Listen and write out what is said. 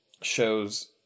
shows